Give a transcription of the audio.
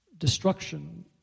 destruction